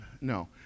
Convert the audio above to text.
No